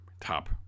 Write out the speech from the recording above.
top